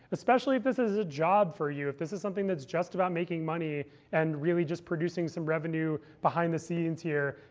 especially if this is a job for you, if this is something that's just about making money and really just producing some revenue behind the scenes here,